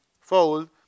fold